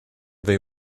they